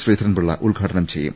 ശ്രീധരൻപിള്ള ഉദ്ഘാടനം ചെയ്യും